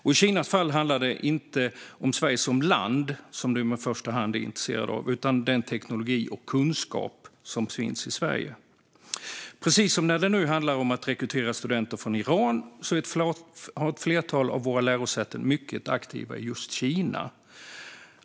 I Kinas fall handlar det inte om Sverige som land utan den teknik och kunskap som finns i Sverige. Precis som när det handlar om att rekrytera studenter från Iran har ett flertal av våra lärosäten varit mycket aktiva i Kina.